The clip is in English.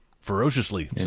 ferociously